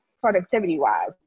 productivity-wise